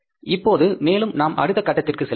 இப்போது மேலும் நாம் அடுத்த கட்டத்திற்கு செல்வோம்